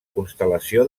constel·lació